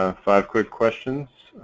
ah five quick questions